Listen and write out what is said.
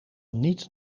niet